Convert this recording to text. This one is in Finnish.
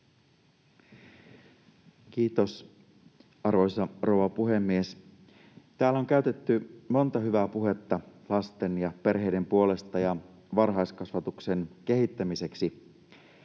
Kiitos, arvoisa rouva puhemies! Täällä on käytetty monta hyvää puhetta lasten ja perheiden puolesta ja varhaiskasvatuksen kehittämiseksi.